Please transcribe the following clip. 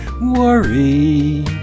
Worry